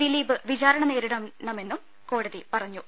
ദിലീപ് വിചാരണ നേരിടണമെന്നും കോടതി പറഞ്ഞു